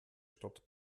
stadt